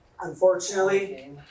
unfortunately